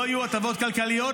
לא יהיו הטבות כלכליות,